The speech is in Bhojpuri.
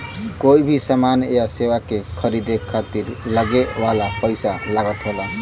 कोई भी समान या सेवा के खरीदे खातिर लगे वाला पइसा लागत होला